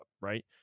right